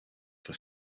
for